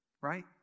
right